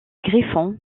griffon